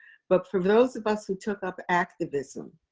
but for those of us who took up activism,